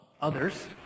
others